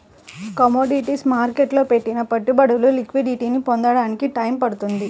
commodities మార్కెట్టులో పెట్టిన పెట్టుబడులు లిక్విడిటీని పొందడానికి టైయ్యం పడుతుంది